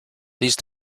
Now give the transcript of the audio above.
these